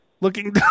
looking